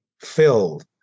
filled